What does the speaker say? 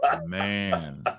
man